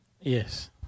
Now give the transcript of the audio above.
Yes